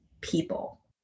people